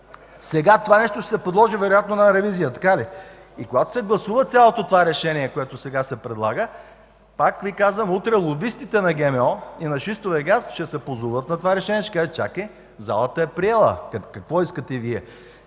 Сега това нещо ще се подложи вероятно на ревизия, така ли? И когато се гласува цялото това решение, което сега се предлага, пак Ви казвам, утре лобистите на ГМО и на шистовия газ ще се позоват на това решение, ще кажат: „Чакай, залата е приела! Какво искате Вие?!”